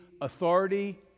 Authority